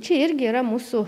čia irgi yra mūsų